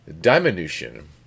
diminution